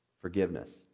forgiveness